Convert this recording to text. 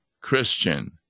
Christian